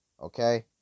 Okay